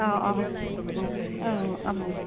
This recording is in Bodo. अ अ औ औ